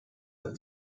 der